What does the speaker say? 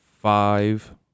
Five